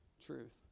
truth